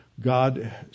God